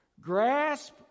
Grasp